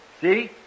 See